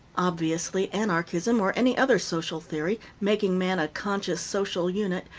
obviously, anarchism, or any other social theory, making man a conscious social unit,